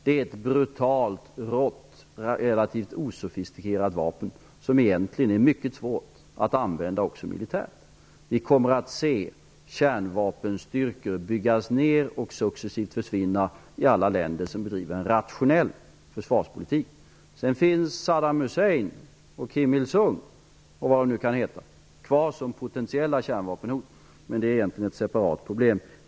Det är ett brutalt, rått och relativt osofistikerat vapen, som egentligen är mycket svårt att använda också militärt. Vi kommer att se kärnvapenstyrkor successivt försvinna i alla länder som bedriver en rationell försvarspolitik. Sedan finns Saddam Hussein, Kim Il Sung och vad de nu kan heta kvar som potentiella kärnvapenhot. Men det är egentligen ett separat problem.